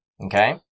okay